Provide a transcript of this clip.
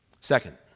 Second